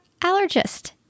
allergist